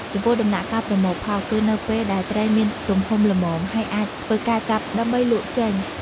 ចំពោះដំណាក់កាលប្រមូលផល គឺនៅពេលដែលត្រីមានទំហំល្មម ហើយអាចធ្វើការចាប់ដើម្បីលក់ចេញ។